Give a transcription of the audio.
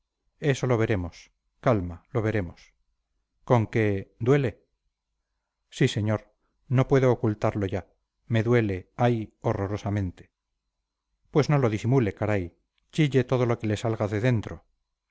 eso lo veremos calma lo veremos con que duele sí señor no puedo ocultarlo ya me duele ay horrorosamente pues no lo disimule caray chille todo lo que le salga de dentro